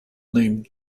named